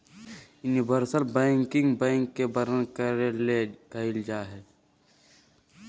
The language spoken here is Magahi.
यूनिवर्सल बैंकिंग बैंक के वर्णन करे ले कइल जा हइ